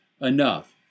enough